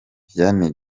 vianney